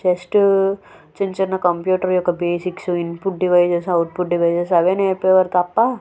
just చిన్న చిన్న computer యొక్క basics input devices output devices అవే నేర్పేవారు తప్ప